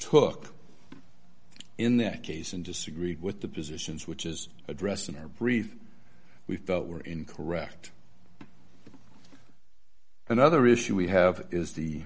took in that case and disagreed with the positions which is addressed in our brief we felt were incorrect another issue we have is the